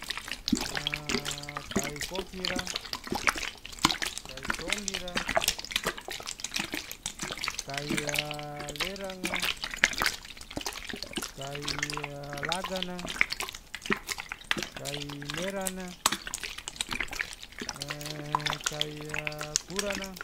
A kai kofi ra, kai tombi ra, kai a lerang a, kai a lagan a, kai meran a, e kai a kuran a.